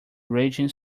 raging